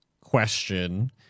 question